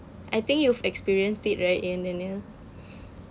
I think you've experienced it right in the near